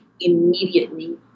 immediately